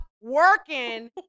working